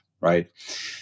right